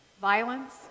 violence